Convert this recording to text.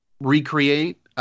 recreate